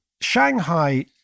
Shanghai